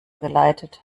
geleitet